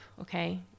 okay